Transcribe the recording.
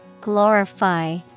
Glorify